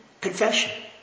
confession